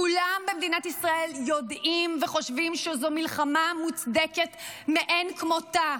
כולם במדינת ישראל יודעים וחושבים שזו מלחמה מוצדקת מאין כמותה.